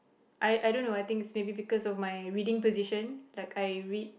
I I don't know I think it's maybe because of my reading position like I read